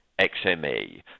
XME